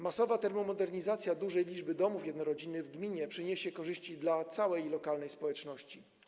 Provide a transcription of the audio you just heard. Masowa termomodernizacja dużej liczby domów jednorodzinnych w gminie przyniesie korzyści całej lokalnej społeczności.